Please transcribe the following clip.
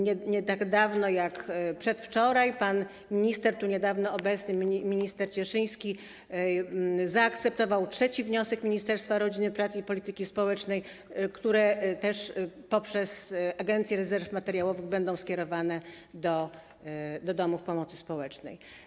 Nie dawniej niż przedwczoraj pan minister tu niedawno obecny, minister Cieszyński, zaakceptował trzeci wniosek Ministerstwa Rodziny, Pracy i Polityki Społecznej o środki, które poprzez Agencję Rezerw Materiałowych zostaną skierowane do domów pomocy społecznej.